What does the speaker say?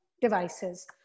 devices